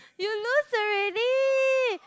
you lose already